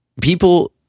people